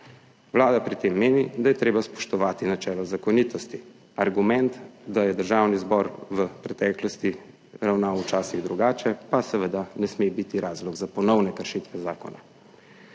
Vlada pri tem meni, da je treba spoštovati načelo zakonitosti. Argument, da je Državni zbor v preteklosti ravnal včasih drugače, pa, seveda, ne sme biti razlog za ponovne kršitve zakona.